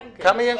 רני,